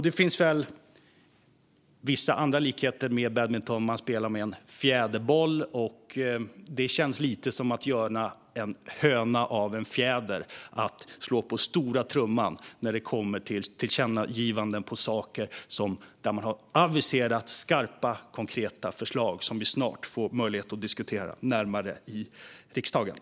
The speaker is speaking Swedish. Det finns vissa andra likheter med badminton: Man spelar med en fjäderboll, och det känns lite grann som att göra en höna av en fjäder att slå på stora trumman när det kommer till tillkännagivanden om saker där det har aviserats skarpa konkreta förslag som vi snart får möjlighet att diskutera närmare i riksdagen.